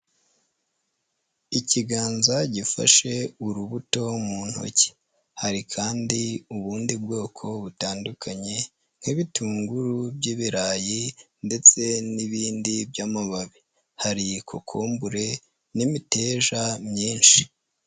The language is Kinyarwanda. Ikiganza gifashe urubuto mu ntoki, hari kandi ubundi bwoko butandukanye nk'ibitunguru by'ibirayi ndetse n'ibindi by'amababi, hari kokombure n'imiteja myinshi.